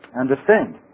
Understand